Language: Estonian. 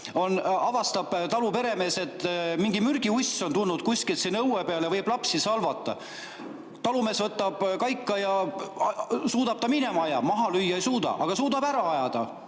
avastab talu peremees, et mingi mürgiuss on tulnud sinna õue peale ja võib lapsi salvata. Talumees võtab kaika ja suudab ta minema ajada. Maha lüüa ei suuda, aga suudab ära ajada.